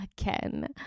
again